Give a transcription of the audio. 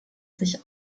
sich